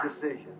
decision